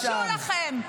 תתביישו לכם.